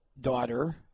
daughter